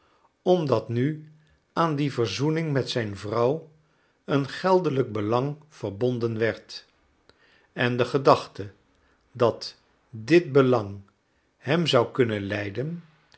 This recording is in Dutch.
omdat nu aan die verzoening met zijn vrouw een geldelijk belang verbonden werd en de gedachte dat dit belang hem zou kunnen leiden